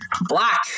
black